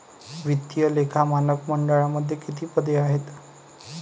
वित्तीय लेखा मानक मंडळामध्ये किती पदे आहेत?